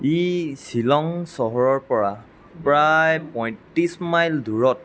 ই শ্বিলং চহৰৰ পৰা প্ৰায় পঁয়ত্ৰিছ মাইল দূৰত